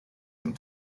some